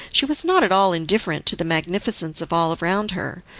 she was not at all indifferent to the magnificence of all around her,